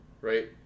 right